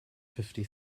fifty